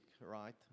right